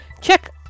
check